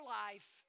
life